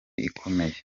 ikomeye